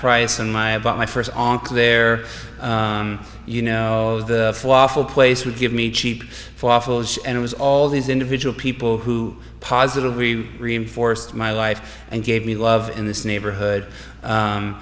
price and my about my first aunt there you know the falafel place would give me cheap and it was all these individual people who are positive we reinforced my life and gave me love in this neighborhood